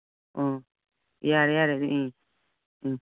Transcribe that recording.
ꯑꯣ ꯌꯥꯔꯦ ꯌꯥꯔꯦ ꯎꯝ ꯎꯝ